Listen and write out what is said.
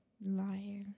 Liar